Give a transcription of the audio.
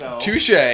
Touche